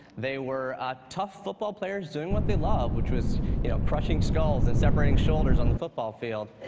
they were tough football players doing what they love, which was you know crushing skulls and separating shoulders on the football field.